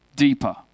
deeper